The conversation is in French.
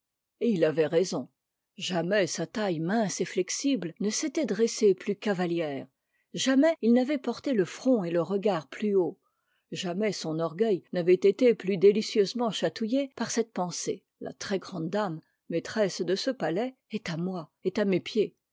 et il avait raison jamais sa taille mince et flexible ne s'était dressée plus cavalière jamais il n'avait porté le front et le regard plus haut jamais son orgueil n'avait été plus délicieusement chatouillé par cette pensée la très-grande dame maîtresse de ce palais est à moi est à mes pieds